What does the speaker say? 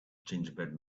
gingerbread